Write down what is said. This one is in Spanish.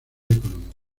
económica